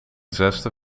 zesde